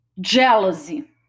jealousy